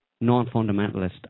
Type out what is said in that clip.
non-fundamentalist